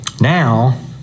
Now